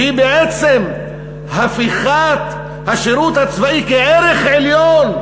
שהיא בעצם הפיכת השירות הצבאי לערך עליון,